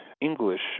English